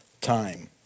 time